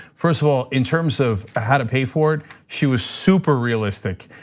first of all, in terms of how to pay for it, she was super realistic.